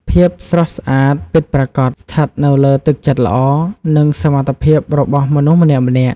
ភាពស្រស់ស្អាតពិតប្រាកដស្ថិតនៅលើទឹកចិត្តល្អនិងសមត្ថភាពរបស់មនុស្សម្នាក់ៗ។